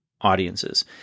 audiences